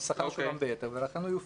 השכר שולם ביתר, ולכן הוא יופחת.